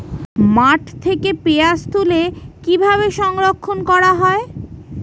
মাঠ থেকে পেঁয়াজ তুলে কিভাবে সংরক্ষণ করা হয়?